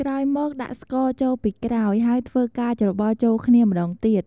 ក្រោយមកដាក់ស្ករចូលពីក្រោយ ហើយធ្វើការច្របល់ចូលគ្នាម្តងទៀត។